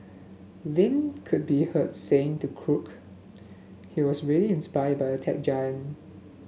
Lin could be heard saying to Cook he was really inspired by the tech giant